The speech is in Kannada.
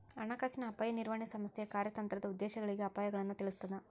ಹಣಕಾಸಿನ ಅಪಾಯ ನಿರ್ವಹಣೆ ಸಂಸ್ಥೆಯ ಕಾರ್ಯತಂತ್ರದ ಉದ್ದೇಶಗಳಿಗೆ ಅಪಾಯಗಳನ್ನ ತಿಳಿಸ್ತದ